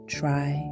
try